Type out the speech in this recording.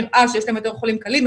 נראה שיש להם יותר חולים קלים.